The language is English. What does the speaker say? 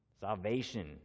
Salvation